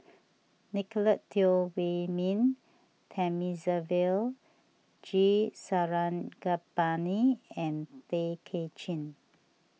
Nicolette Teo Wei Min Thamizhavel G Sarangapani and Tay Kay Chin